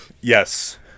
Yes